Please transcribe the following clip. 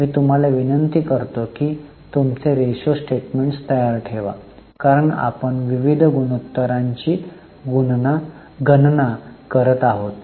मी तुम्हाला विनंती करतो की तुमचे रेशो स्टेटमेंट तयार ठेवा कारण आपण विविध गुणोत्तरांची गणना करत आहोत